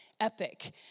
epic